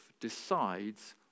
decides